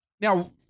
now